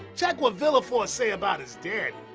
check what villefort say about his daddy.